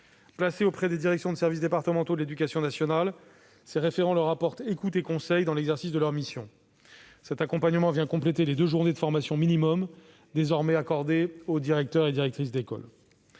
Placés auprès des directions des services départementaux de l'éducation nationale, ces référents leur apportent écoute et conseils dans l'exercice de leurs missions. Cet accompagnement vient compléter les deux journées de formation minimum désormais accordées aux directrices et directeurs.